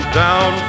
down